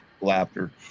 laughter